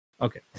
Okay